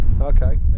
Okay